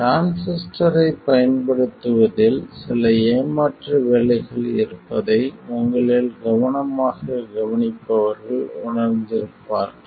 டிரான்சிஸ்டரைப் பயன்படுத்துவதில் சில ஏமாற்று வேலைகள் இருப்பதை உங்களில் கவனமாகக் கவனிப்பவர்கள் உணர்ந்திருப்பார்கள்